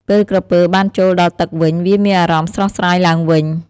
ពេលក្រពើបានចូលដល់ទឹកវិញ វាមានអារម្មណ៍ស្រស់ស្រាយឡើងវិញ។